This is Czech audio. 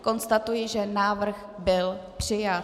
Konstatuji, že návrh byl přijat.